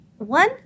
One